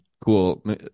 Cool